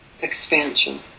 expansion